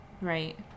Right